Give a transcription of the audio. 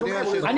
על השאלות האלה.